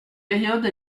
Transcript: période